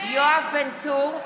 יואב בן צור,